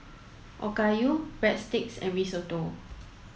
Okayu Breadsticks and Risotto